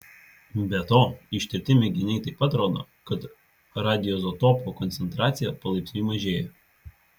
be to ištirti mėginiai taip pat rodo kad radioizotopo koncentracija palaipsniui mažėja